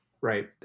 Right